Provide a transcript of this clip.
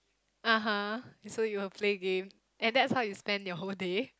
(aha) so you'll play game and that's how you spend your whole day